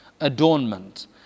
adornment